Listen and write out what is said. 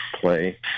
play